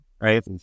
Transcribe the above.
right